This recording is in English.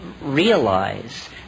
Realize